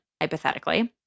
hypothetically